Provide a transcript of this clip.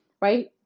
Right